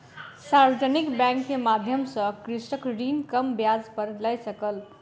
सार्वजानिक बैंक के माध्यम सॅ कृषक ऋण कम ब्याज पर लय सकल